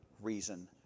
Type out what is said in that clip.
reason